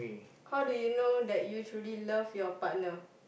how do you know that you truly love your partner